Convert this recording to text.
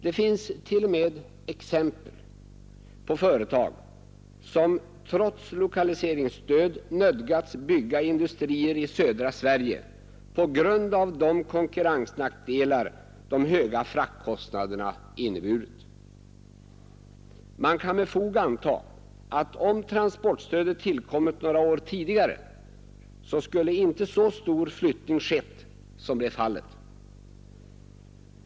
Det finns t.o.m. exempel på företag som trots lokaliseringsstöd nödgats bygga industrier i södra Sverige på grund av de konkurrensnackdelar de höga fraktkostnaderna inneburit. Man kan med fog anta att om transportstödet tillkommit några år tidigare skulle inte så stor flyttning ha skett som blev fallet.